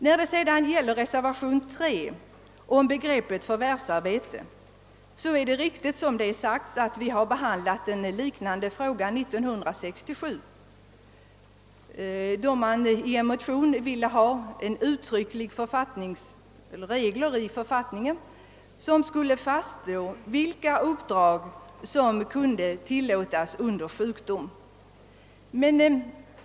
Vad slutligen gäller reservationen III om begreppet förvärvsarbete är det riktigt att vi har behandlat en liknande fråga 1967, i en motion som syftade till att man genom uttrycklig författningsreglering skulle fastslå vilka uppdrag som kunde tillåtas under sjukdom.